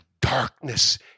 darkness